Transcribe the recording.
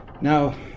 Now